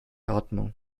atmung